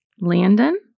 Landon